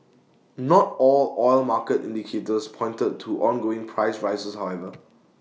not all oil market indicators pointed to ongoing price rises however